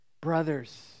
brothers